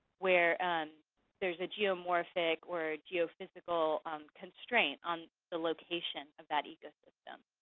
where and there's a geomorphic or geophysical constraint on the location of that ecosystem.